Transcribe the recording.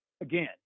Again